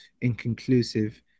inconclusive